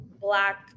black